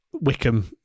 Wickham